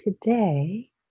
today